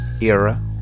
era